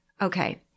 Okay